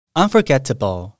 unforgettable